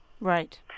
Right